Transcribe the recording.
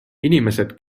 inimesed